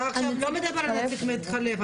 אתה לא מדבר עכשיו על נציג מתחלף,